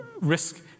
risk